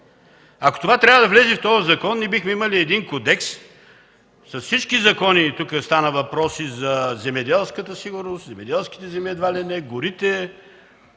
Ако това трябва да влезе в този закон, ние бихме имали един кодекс с всички закони, защото тук стана въпрос за земеделската сигурност, за земеделските земи едва ли не, за горите.